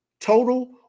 total